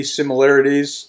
similarities